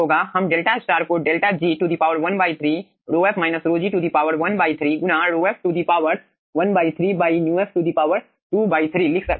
हम 𝛿 को 𝛿 g13 ρf ρg 1 3 गुना ρf ⅓ μf ⅔ लिख सकते हैं